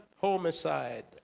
homicide